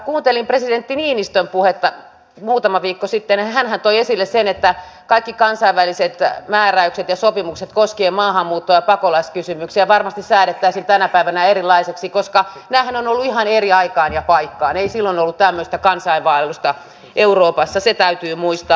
kuuntelin presidentti niinistön puhetta muutama viikko sitten ja hänhän toi esille sen että kaikki kansainväliset määräykset ja sopimukset koskien maahanmuuttoa ja pakolaiskysymyksiä varmasti säädettäisiin tänä päivänä erilaisiksi koska nämähän ovat olleet ihan eri aikaan ja paikkaan ei silloin ollut tämmöistä kansainvaellusta euroopassa se täytyy muistaa